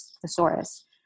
thesaurus